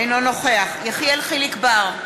אינו נוכח יחיאל חיליק בר,